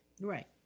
Right